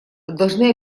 должны